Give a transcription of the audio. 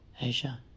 Asia